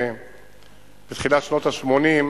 בתחילת שנות ה-80,